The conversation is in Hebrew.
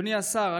אדוני השר,